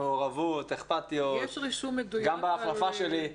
מעורבות, אכפתיות, גם בהחלפה שלי.